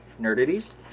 Nerdities